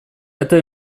это